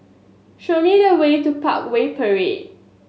show me the way to Parkway Parade